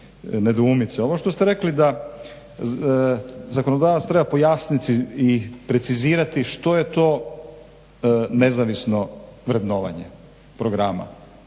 Ovo što ste rekli da zakonodavac treba pojasniti i precizirati što je to nezavisno vrednovanje programa,